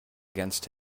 against